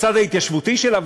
בצד ההתיישבותי שלה,